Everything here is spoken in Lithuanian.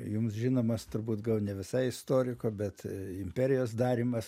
jums žinomas turbūt gal ne visai istoriko bet imperijos darymas